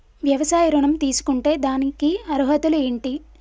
వ్యవసాయ ఋణం తీసుకుంటే దానికి అర్హతలు ఏంటి?